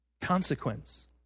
consequence